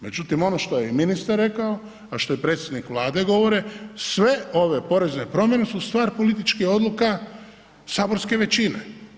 Međutim, ono što je i ministar rekao, a što i predstavnik Vlade govore sve ove porezne promjene su stvar političkih odluka saborske većine.